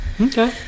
okay